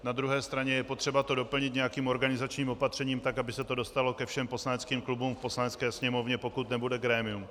Na druhé straně je potřeba to doplnit nějakým organizačním opatřením tak, aby se to dostalo ke všem poslaneckým klubům v Poslanecké sněmovně, pokud nebude grémium.